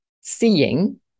seeing